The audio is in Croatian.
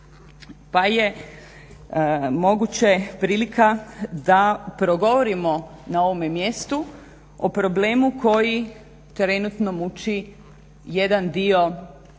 pa je moguće prilika da progovorimo na ovome mjestu o problemu koji trenutno muči jedan dio